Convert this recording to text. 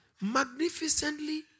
magnificently